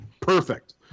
Perfect